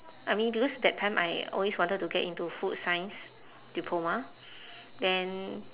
I mean because that time I always wanted to get into food science diploma then